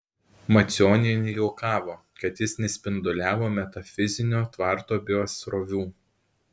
macionienė juokavo kad jis nespinduliavo metafizinio tvarto biosrovių